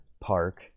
park